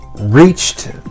reached